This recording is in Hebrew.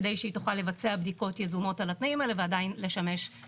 כדי שהיא תוכל לבצע בדיקות יזומות על התנאים האלה ועדיין לעשות